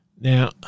Now